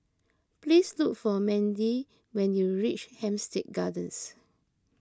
please look for Mandie when you reach Hampstead Gardens